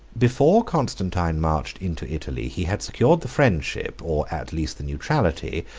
before constantine marched into italy, he had secured the friendship, or at least the neutrality,